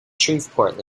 shreveport